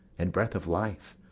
and breath of life,